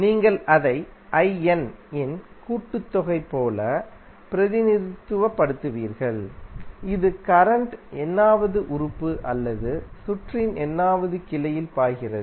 நீங்கள் அதைinஇன் கூட்டுத்தொகை போல பிரதிநிதித்துவ படுத்துவீர்கள்இது கரண்ட் nவதுஉறுப்பு அல்லதுசுற்றின்nவதுகிளையில்பாய்கிறது